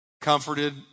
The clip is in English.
comforted